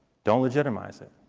don't legitimize it.